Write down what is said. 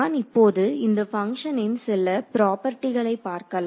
நான் இப்போது இந்த பங்க்ஷனின் சில ப்ராப்பர்ட்டிகளைப் பார்க்கலாம்